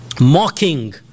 mocking